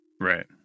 Right